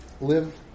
live